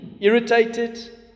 irritated